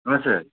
हजुर